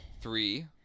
Three